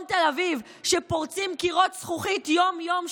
תל אביב שפורצים קירות זכוכית יום-יום,